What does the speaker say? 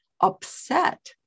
upset